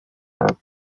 centro